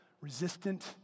resistant